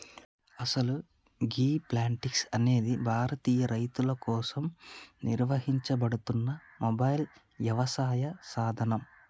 అసలు గీ ప్లాంటిక్స్ అనేది భారతీయ రైతుల కోసం నిర్వహించబడుతున్న మొబైల్ యవసాయ సాధనం